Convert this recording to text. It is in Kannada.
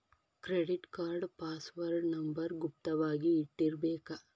ಕ್ರೆಡಿಟ್ ಕಾರ್ಡ್ ಪಾಸ್ವರ್ಡ್ ನಂಬರ್ ಗುಪ್ತ ವಾಗಿ ಇಟ್ಟಿರ್ಬೇಕ